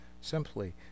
simply